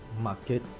market